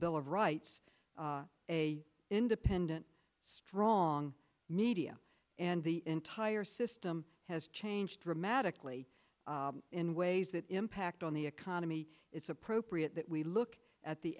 bill of rights a independent strong media and the entire system has changed dramatically in ways that impact on the economy it's appropriate that we look at the